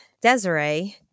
Desiree